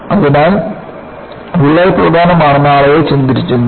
അതിനാൽ വിള്ളൽ പ്രധാനമാണെന്ന് ആളുകൾ ചിന്തിച്ചിരുന്നു